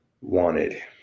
wanted